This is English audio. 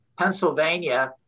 pennsylvania